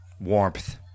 warmth